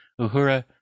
uhura